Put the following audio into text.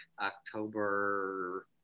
October